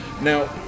Now